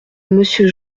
monsieur